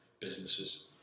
businesses